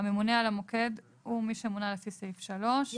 "הממונה על המוקד" מי שמונה לפי סעיף 3,"